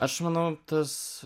aš manau tas